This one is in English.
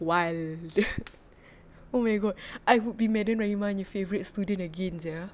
wild oh my god I would be madam rahimah nya favourite student again sia